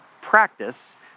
practice